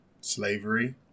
slavery